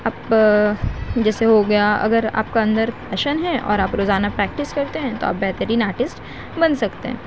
اپ جیسے ہو گیا اگر آپ کا اندر فیشن ہے اور آپ روزانہ پریکٹس کرتے ہیں تو آپ بہترین آرٹسٹ بن سکتے ہیں